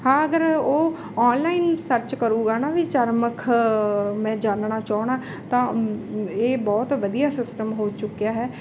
ਹਾਂ ਅਗਰ ਉਹ ਔਨਲਾਈਨ ਸਰਚ ਕਰੂਗਾ ਹੈ ਨਾ ਵੀ ਚਰਮਖ ਮੈਂ ਜਾਨਣਾ ਚਾਹੁੰਦਾ ਤਾਂ ਇਹ ਬਹੁਤ ਵਧੀਆ ਸਿਸਟਮ ਹੋ ਚੁੱਕਿਆ ਹੈ